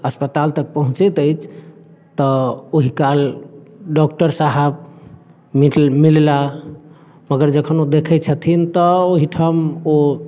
अस्पताल तक पहुँचैत अछि तऽ ओहि काल डॉक्टर साहब मिलला मगर जखन ओ देखै छथिन तऽ ओहि ठाम ओ